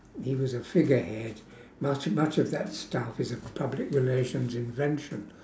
he was a figurehead much much of that stuff is a public relations invention